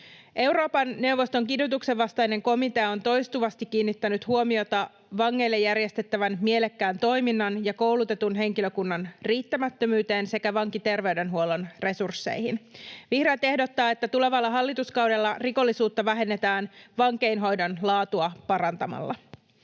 Euroopan neuvoston kidutuksen vastainen komitea on toistuvasti kiinnittänyt huomiota vangeille järjestettävän mielekkään toiminnan ja koulutetun henkilökunnan riittämättömyyteen sekä vankiterveydenhuollon resursseihin. Vihreät ehdottavat, että tulevalla hallituskaudella rikollisuutta vähennetään vankeinhoidon laatua parantamalla.